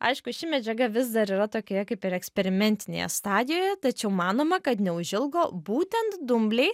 aišku ši medžiaga vis dar yra tokioje kaip ir eksperimentinėje stadijoje tačiau manoma kad neužilgo būtent dumbliai